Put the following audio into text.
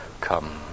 come